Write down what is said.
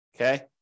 Okay